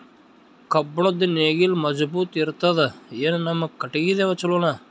ಕಬ್ಬುಣದ್ ನೇಗಿಲ್ ಮಜಬೂತ ಇರತದಾ, ಏನ ನಮ್ಮ ಕಟಗಿದೇ ಚಲೋನಾ?